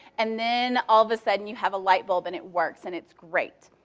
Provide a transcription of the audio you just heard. and then all of a sudden you have a lightbulb and it works, and it's great.